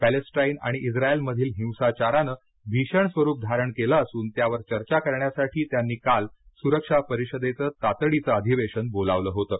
Palestine आणि इस्रायलमधील हिंसाचारानं भीषण स्वरूप धारण केलं असून त्यावर चर्चा करण्यासाठी त्यांनी काल सुरक्षा परिषदेचं तातडीचं अधिवेशन बोलावलं होतं